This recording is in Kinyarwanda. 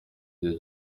gihe